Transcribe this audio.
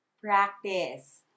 practice